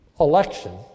election